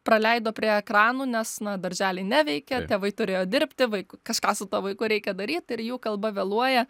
praleido prie ekranų nes na darželiai neveikia tėvai turėjo dirbti vaik kažką su tuo vaiku reikia daryt ir jų kalba vėluoja